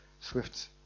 Swift's